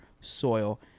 soil